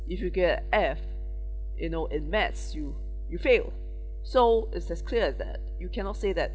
if you get a F you know in maths you you fail so it's as clear as that you cannot say that